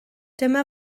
dyma